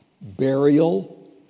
burial